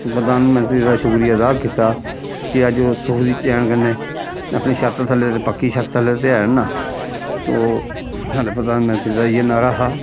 प्रधानमंत्री दा शुक्रिया अदा कीता कि अज्ज ओह् सुख दी चैन कन्नै अपनी छत थल्लै ते पक्की छत थल्लै ते हैन ना ते ओह् साढ़े प्रधानमंत्री दा इ'यै नाह्रा हा